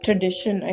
Tradition